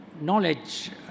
knowledge